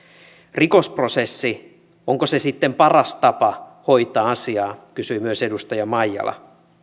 rikosprosessi onko se sitten paras tapa hoitaa asiaa kysyi myös edustaja maijala